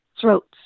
throats